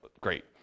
great